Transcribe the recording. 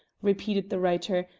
repeated the writer,